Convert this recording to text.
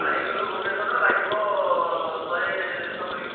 ପାଣିକୋଇଲିରୁ ଭୁବନେଶ୍ୱର ଲାଗିବ ଶହେ ସତୁରି